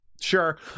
sure